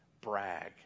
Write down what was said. brag